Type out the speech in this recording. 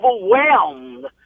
overwhelmed